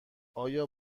آیا